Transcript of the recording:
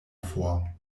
vor